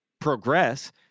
progress